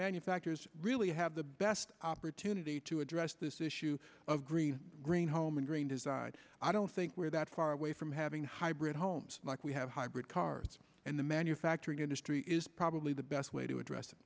manufacturers really have the best opportunity to address this issue of green green home and green design i don't think we're that far away from having hybrid homes like we have hybrid cars and the manufacturing industry is probably the best way to address it